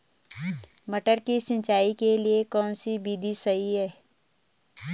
मटर की सिंचाई के लिए कौन सी विधि सही है?